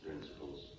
principles